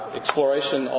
exploration